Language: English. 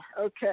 Okay